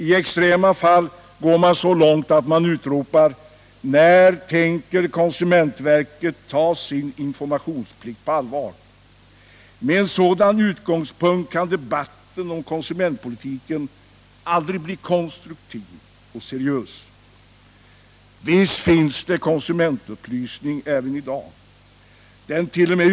I extrema fall går man så långt att man utropar: När tänker konsumentverket ta sin informationsplikt på allvar? Med en sådan utgångspunkt kan debatten om konsumentpolitiken aldrig bli konstruktiv och seriös. Visst finns det konsumentupplysning även i dag.